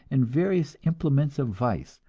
and various implements of vice,